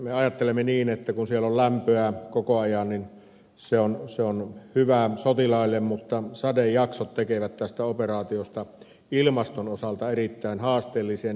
me ajattelemme niin että kun siellä on lämpöä koko ajan se on hyvä sotilaille mutta sadejaksot tekevät tästä operaatiosta ilmaston osalta erittäin haasteellisen